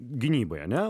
gynybai ane